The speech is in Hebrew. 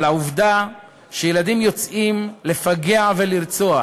על העובדה שילדים יוצאים לפגע ולרצוח.